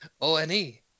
O-N-E